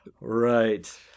Right